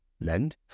Lend